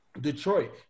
Detroit